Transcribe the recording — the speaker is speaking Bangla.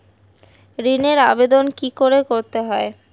ঋণের আবেদন কি করে করতে হয়?